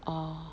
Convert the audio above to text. orh